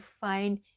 find